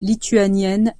lituanienne